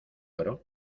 oro